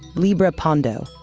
libra pondo.